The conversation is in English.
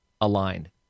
aligned